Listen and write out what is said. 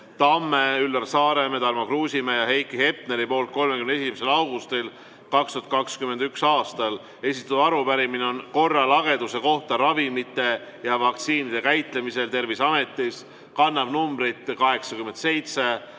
Tamm, Üllar Saaremäe, Tarmo Kruusimäe ja Heiki Hepner 31. augustil 2021. aastal. Esitatud arupärimine on korralageduse kohta ravimite ja vaktsiinide käitlemisel Terviseametis ja see kannab numbrit 87.